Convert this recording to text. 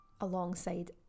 alongside